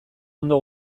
ondo